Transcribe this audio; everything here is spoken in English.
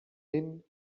been